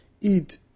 eat